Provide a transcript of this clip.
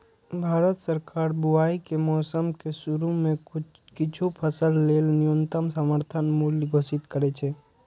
भारत सरकार बुआइ के मौसम के शुरू मे किछु फसल लेल न्यूनतम समर्थन मूल्य घोषित करै छै